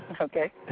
Okay